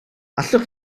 allwch